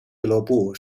俱乐部